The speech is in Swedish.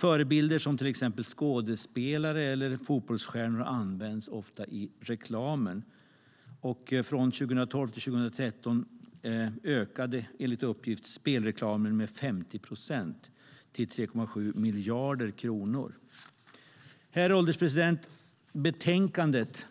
Förebilder som exempelvis skådespelare eller fotbollsstjärnor används ofta i reklamen. Från 2012 till 2013 ökade enligt uppgift spelreklamen med 50 procent - till 3,7 miljarder kronor. Herr ålderspresident! Betänkandet